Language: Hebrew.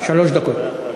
שלוש דקות.